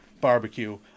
barbecue